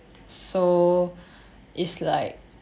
so is like